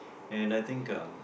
and I think um